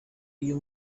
iyo